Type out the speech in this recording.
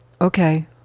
okay